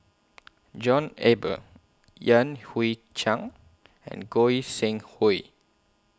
John Eber Yan Hui Chang and Goi Seng Hui